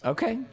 Okay